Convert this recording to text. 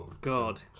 God